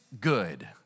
good